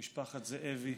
משפחת זאבי,